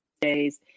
days